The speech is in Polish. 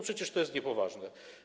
Przecież to jest niepoważne.